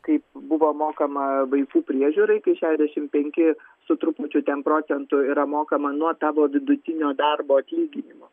kaip buvo mokama vaikų priežiūrai kai šedešim penki su trupučiu ten procentų yra mokama nuo tavo vidutinio darbo atlyginimo